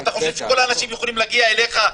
אתה חושב שכל האנשים יכולים להגיע אליך?